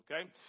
Okay